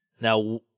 now